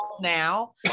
now